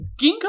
Ginkgo